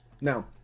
Now